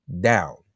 down